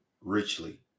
richly